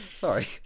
Sorry